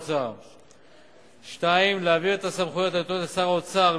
עניינים בהפעלת הסמכות הנתונה לשר האוצר,